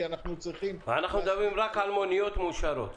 אנחנו צריכים- -- אנחנו מדברים רק על מוניות מאושרות.